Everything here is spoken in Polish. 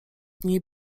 dni